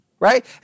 Right